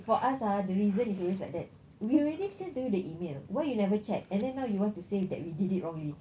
for us ah the reason is always like that we already send to you the email why you never check and then now you want to say that we did it wrongly